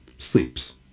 Sleeps